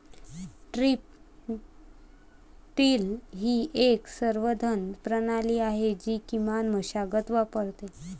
strip till ही एक संवर्धन प्रणाली आहे जी किमान मशागत वापरते